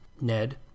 Ned